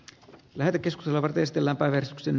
lähetekeskustelua testin läpäisksen